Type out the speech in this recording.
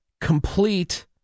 complete